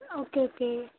okay okay